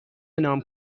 نام